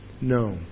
No